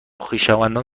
خویشاوندان